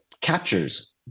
captures